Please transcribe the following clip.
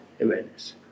awareness